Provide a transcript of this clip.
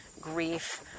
grief